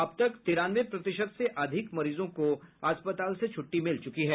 अब तक तिरानवे प्रतिशत से अधिक मरीजों को अस्पताल से छुट्टी मिल चुकी है